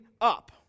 up